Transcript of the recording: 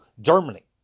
Germany